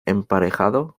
emparejado